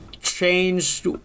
Changed